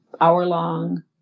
hour-long